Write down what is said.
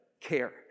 care